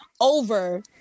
over